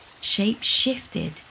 shape-shifted